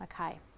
Okay